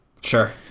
Sure